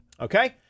Okay